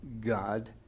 God